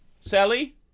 Sally